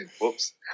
Whoops